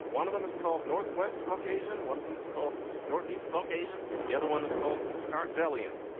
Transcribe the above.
one of them is called northwest caucasian. one of them's called northeast caucasian. the other one is called khat villian.